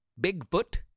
Bigfoot